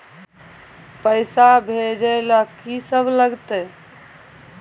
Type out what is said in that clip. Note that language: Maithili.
पैसा भेजै ल की सब लगतै?